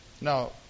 Now